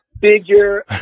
figure